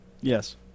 Yes